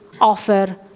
offer